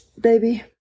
Baby